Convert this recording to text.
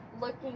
looking